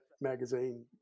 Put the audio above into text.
magazine